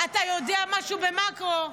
אתה יודע משהו במקרו?